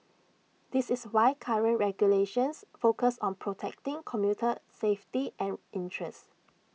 this is why current regulations focus on protecting commuter safety and interests